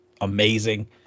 amazing